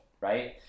right